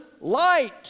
light